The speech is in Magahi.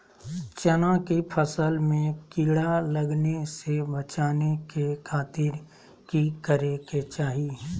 चना की फसल में कीड़ा लगने से बचाने के खातिर की करे के चाही?